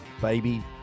baby